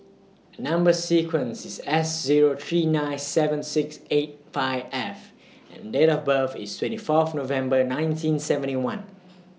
Number sequence IS S Zero three nine seven six eight five F and Date of birth IS twenty Fourth November nineteen seventy one